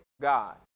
God